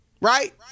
right